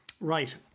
Right